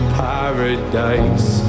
paradise